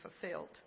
fulfilled